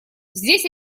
здесь